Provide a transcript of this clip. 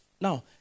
Now